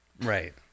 Right